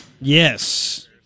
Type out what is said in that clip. Yes